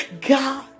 God